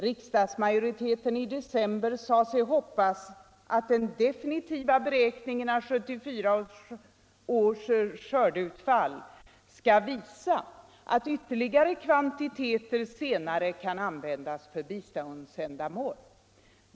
Riksdagsmajoriteten i december sade sig hoppas ”att den definitiva beräkningen av 1974 års skördeutfall skall visa att ytterligare kvantiteter senare kan användas för biståndsändamål”.